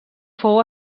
fou